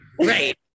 Right